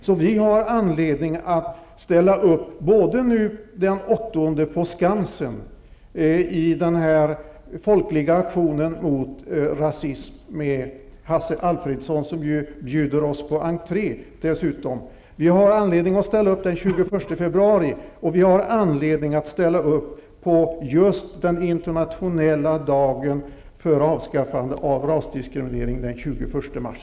Så vi har anledning att ställa upp både nu den 8 på Skansen vid den folkiga aktionen mot rasism -- Hasse Alfredson bjuder oss på entré -- och den 21 februari, liksom också just den internationella dagen för avskaffande av rasdiskriminering, den 21 mars.